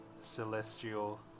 celestial